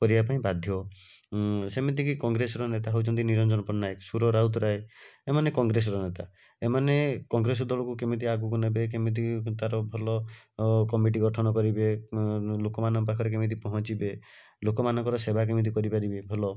କରିବା ପାଇଁ ବାଧ୍ୟ ସେମିତିକି କଂଗ୍ରେସର ନେତା ହେଉଛନ୍ତି ନିରଞ୍ଜନ ପଟ୍ଟନାୟକ ସୁର ରାଉତରାୟ ଏମାନେ କଂଗ୍ରେସର ନେତା ଏମାନେ କଂଗ୍ରେସ ଦଳକୁ କେମିତି ଆଗକୁ ନେବେ କେମିତି ତାର ଭଲ କମିଟି ଗଠନ କରିବେ ଲୋକମାନଙ୍କ ପାଖରେ କେମିତି ପହଁଞ୍ଚିବେ ଲୋକମାନଙ୍କର ସେବା କେମିତି କରିପାରିବେ ଭଲ